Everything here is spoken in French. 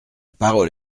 parole